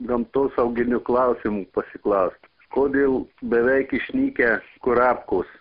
gamtosauginių klausimų pasiklaust kodėl beveik išnykę kurapkos